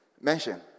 mention